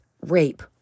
rape